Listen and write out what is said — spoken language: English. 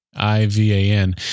IVAN